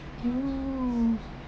!eww!